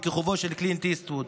בכיכובו של קלינט איסטווד.